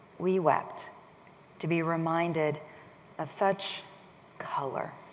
we wept to be reminded of such color.